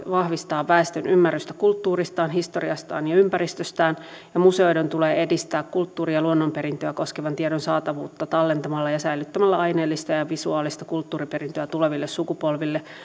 vahvistaa väestön ymmärrystä kulttuuristaan historiastaan ja ympäristöstään ja museoiden tulee edistää kulttuuri ja luonnonperintöä koskevan tiedon saatavuutta tallentamalla ja säilyttämällä aineellista ja visuaalista kulttuuriperintöä tuleville sukupolville